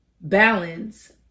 balance